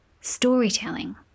Storytelling